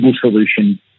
solution